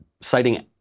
citing